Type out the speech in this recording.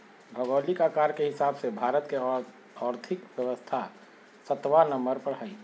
भौगोलिक आकार के हिसाब से भारत के और्थिक व्यवस्था सत्बा नंबर पर हइ